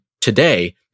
today